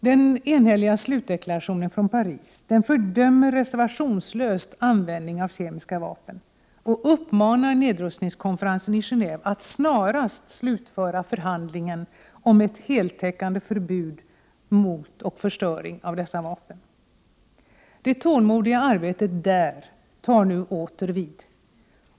Den enhälliga slutdeklarationen från Paris fördömer reservationslöst användning av kemiska vapen och uppmanar nedrustningskonferensen i Genéve att snarast slutföra förhandlingen om ett heltäckande förbud mot och förstöring av dessa vapen. Det tålmodiga arbetet där tar nu åter vid.